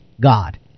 God